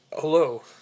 Hello